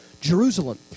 Jerusalem